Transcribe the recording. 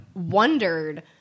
wondered